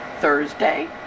Thursday